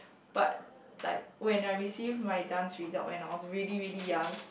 but like when I receive my dance result when I was really really young